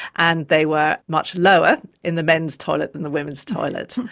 and they were much lower in the men's toilet than the women's toilet.